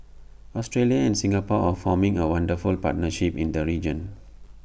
Australia and Singapore are forming A wonderful partnership in the region